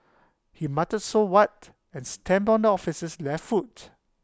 he muttered so what and stamped on the officer's left foot